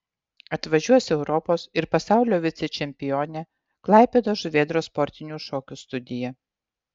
atvažiuos europos ir pasaulio vicečempionė klaipėdos žuvėdros sportinių šokių studija